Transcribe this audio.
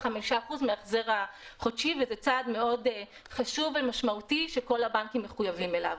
מההחזר החודשי וזה צעד מאוד חשוב ומשמעותי שכל הבנקים מחויבים אליו.